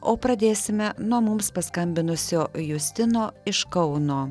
o pradėsime nuo mums paskambinusio justino iš kauno